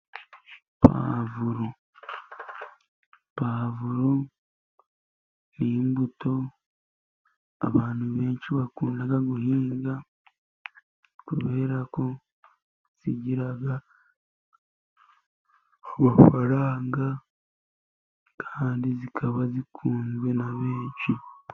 Puwavuro, puwavuro ni imbuto abantu benshi bakunda guhinga, kubera ko zigira amafaranga, kandi zikaba zikunzwe na benshi.